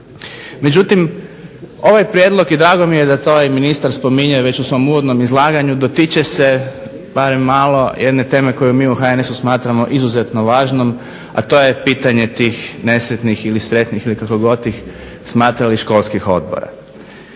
Međutim, ovaj prijedlog i drago mi je da to i ministar spominje već u svom uvodnom izlaganju dotiče se barem malo jedne teme koju mi u HNS-u smatramo izuzetno važnom, a to je pitanje tih nesretnih ili sretnih ili kako god ih smatrali školskih odbora.